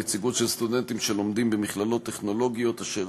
נציגות של סטודנטים שלומדים במכללות טכנולוגיות אשר